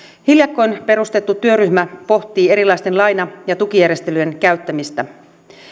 hiljakkoin perustettu työryhmä pohtii erilaisten laina ja tukijärjestelyjen käyttämistä